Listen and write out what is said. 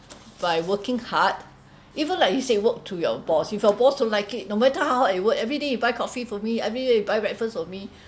by working hard even like you say work to your boss if your boss don't like it no matter how hard you work everyday you buy coffee for me everyday by breakfast for me